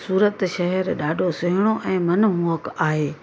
सूरत शहर ॾाढो सुहिणो ऐं मनमोहक आहे